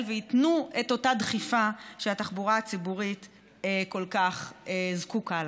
וייתנו את אותה דחיפה שהתחבורה הציבורית כל כך זקוקה לה.